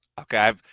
Okay